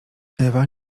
ewa